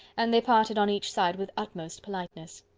and they parted on each side with utmost politeness.